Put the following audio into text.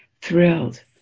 thrilled